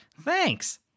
thanks